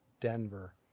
Denver